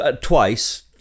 twice